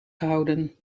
gehouden